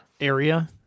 area